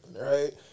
right